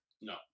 No